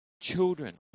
children